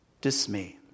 dismay